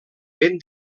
ben